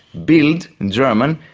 bild, german,